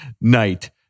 night